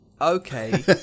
okay